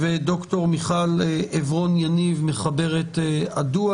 ודוקטור מיכל עברון יניב מחברת הדוח.